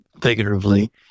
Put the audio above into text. figuratively